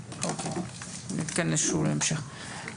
יש